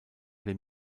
dem